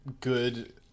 good